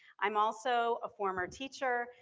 i'm also a former teacher,